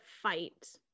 fight